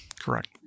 Correct